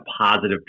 positive